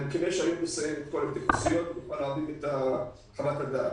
אני מקווה שהיום נסיים את כל ההתייחסויות ונוכל להעביר את חוות הדעת.